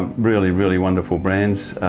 really, really wonderful brands.